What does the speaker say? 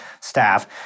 staff